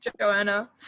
Joanna